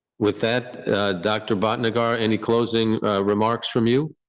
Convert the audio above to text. with that dr bhatnagar, any closing remarks from you?